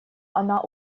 она